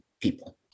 people